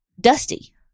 dusty